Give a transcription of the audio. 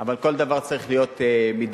אבל כל דבר צריך להיות מידתי.